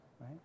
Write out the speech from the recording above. right